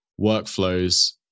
workflows